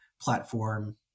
platform